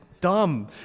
dumb